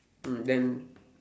mm then